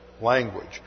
language